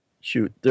shoot